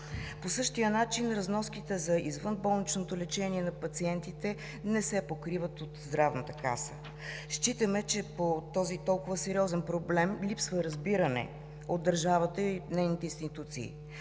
По същия начин разноските за извънболничното лечение на пациентите не се покриват от Здравната каса. Считаме, че по този толкова сериозен проблем липсва разбиране от държавата и нейните институции.